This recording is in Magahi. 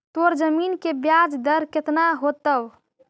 तोर जमीन के ब्याज दर केतना होतवऽ?